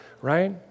right